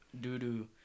doo-doo